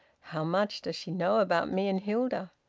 how much does she know about me and hilda?